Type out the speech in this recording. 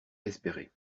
espérer